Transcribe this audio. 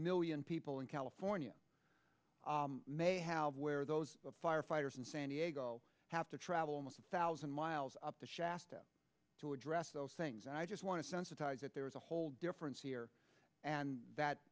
million people in california may have where those firefighters in san diego have to travel most of thousand miles up the shaft to address those things and i just want to sensitize that there is a whole difference here and that